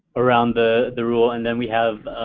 around the the rule and then we have